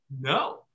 No